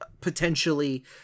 potentially